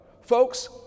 Folks